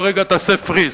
תעצור רגע, תעשה freeze.